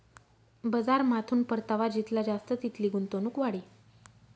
बजारमाथून परतावा जितला जास्त तितली गुंतवणूक वाढी